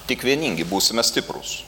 tik vieningi būsime stiprūs